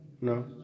No